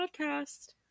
podcast